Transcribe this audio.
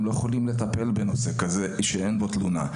הם לא יכולים לטפל בנושא כזה שאין בו תלונה.